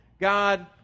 God